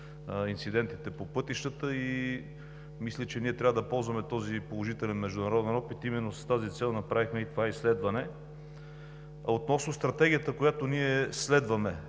инцидентите по пътищата, и мисля, че ние трябва да ползваме този положителен международен опит, именно с тази цел направихме и това изследване. Относно Стратегията, която ние следваме,